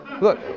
Look